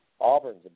Auburn's